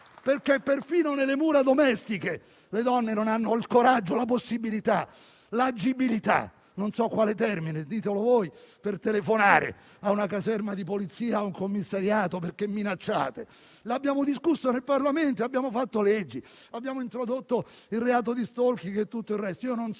perché perfino nelle mura domestiche non hanno il coraggio, la possibilità o l'agibilità - non so quale termine usare, ditelo voi - di telefonare a una caserma o a un commissariato perché minacciate. L'abbiamo discusso in Parlamento e abbiamo fatto leggi: abbiamo introdotto il reato di *stalking* e quant'altro.